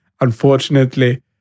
unfortunately